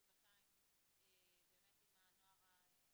שבעתיים כאן בדיוני הוועדה עם נוער להט"ב.